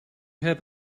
have